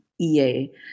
E-A